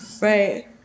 right